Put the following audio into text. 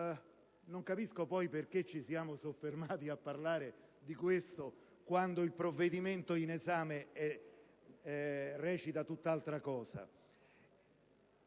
Non capisco poi perché noi ci siamo soffermati a parlare di questo, quando il provvedimento in esame recita tutt'altra cosa.